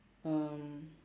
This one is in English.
um